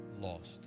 lost